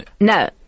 No